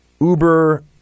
Uber